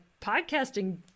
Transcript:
podcasting